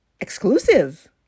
exclusive